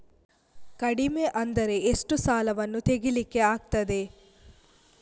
ಕಡಿಮೆ ಅಂದರೆ ಎಷ್ಟು ಸಾಲವನ್ನು ತೆಗಿಲಿಕ್ಕೆ ಆಗ್ತದೆ?